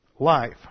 life